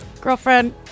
Girlfriend